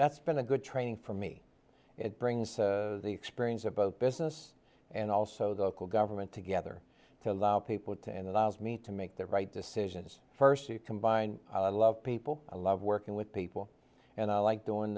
that's been a good training for me it brings the experience of both business and also the local government together to allow people to and allows me to make the right decisions first to combine i love people i love working with people and i like doing